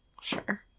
Sure